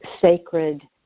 sacred